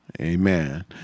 Amen